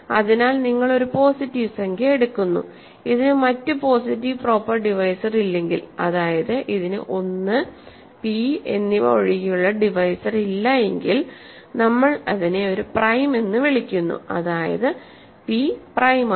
അതിനാൽ നിങ്ങൾ ഒരു പോസിറ്റീവ് സംഖ്യ എടുക്കുന്നു ഇതിന് മറ്റ് പോസിറ്റീവ് പ്രോപ്പർ ഡിവൈസർ ഇല്ലെങ്കിൽ അതായത് ഇതിന് 1 p എന്നിവ ഒഴികെയുള്ള ഡിവൈസർ ഇല്ലയെങ്കിൽ നമ്മൾ അതിനെ ഒരു പ്രൈം എന്ന് വിളിക്കുന്നു അതായത് പി പ്രൈമാണ്